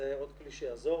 אז זה עוד כלי שיעזור.